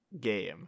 game